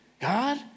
God